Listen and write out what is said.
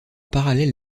parallèle